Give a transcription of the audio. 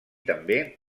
també